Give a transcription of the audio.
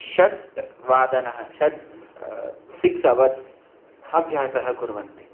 षट् वादनं षट् सिक्स् अवर्स् अभ्यासः कुर्वन्ति